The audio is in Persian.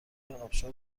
ابشار